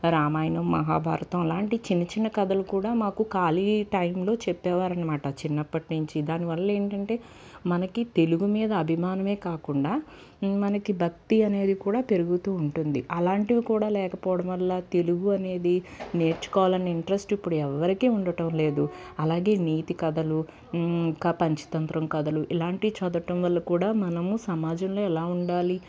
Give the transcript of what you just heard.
రామాయణం మహాభారతం లాంటి చిన్న చిన్న కథలు కూడా మాకు ఖాళీ టైంలో చెప్పేవారు అనమాట చిన్నప్పటినుంచి దానివల్ల ఏంటంటే మనకి తెలుగు మీద అభిమానమే కాకుండా మనకి భక్తి అనేది కూడా పెరుగుతూ ఉంటుంది అలాంటివి కూడా లేకపోవడం వల్ల తెలుగు అనేది నేర్చుకోవాలని ఇంట్రెస్ట్ ఇప్పుడు ఎవ్వరికీ ఉండటం లేదు అలాగే నీతి కథలు ఇంకా పంచతంత్రం కథలు ఇలాంటి చదవడం వల్ల కూడా మనము సమాజంలో ఎలా ఉండాలి